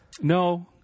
No